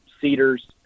cedars